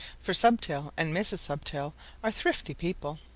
for stubtail and mrs. stubtail are thrifty people.